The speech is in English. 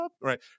Right